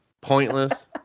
Pointless